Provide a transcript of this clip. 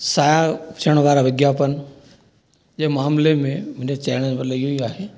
सां अचण वारा विज्ञापन जे मामले में मुंहिंजो चइण जो मतिलबु इयो ई आहे